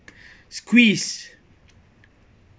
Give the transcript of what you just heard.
squeeze